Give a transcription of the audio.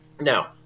Now